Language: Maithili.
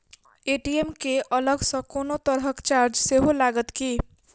ए.टी.एम केँ अलग सँ कोनो तरहक चार्ज सेहो लागत की?